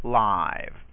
live